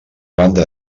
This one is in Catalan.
banda